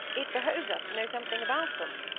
it behoves us to know something about them